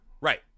right